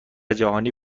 جهانی